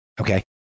Okay